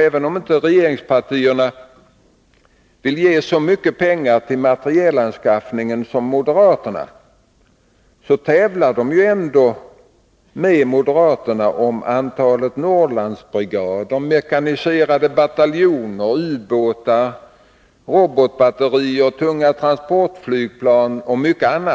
Även om inte regeringspartierna vill ge så mycket pengar till materielanskaffningen som moderaterna, tävlar de med dem om det antal Norrlandsbrigader, mekaniserade bataljoner, ubåtar, robotbatterier, tunga transportflygplan, m.m.